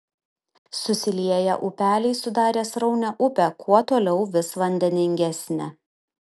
susilieję upeliai sudarė sraunią upę kuo toliau vis vandeningesnę